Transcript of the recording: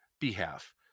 behalf